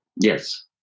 Yes